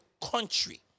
country